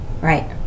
Right